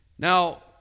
Now